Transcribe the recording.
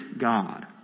God